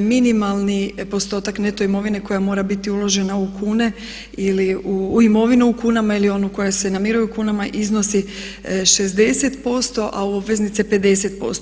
minimalni postotak neto imovine koja mora biti uložena u kune ili u imovinu u kunama ili ona koja se namiruje u kunama iznosi 60%, a obveznice 50%